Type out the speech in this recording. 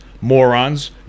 morons